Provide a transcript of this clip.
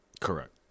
Correct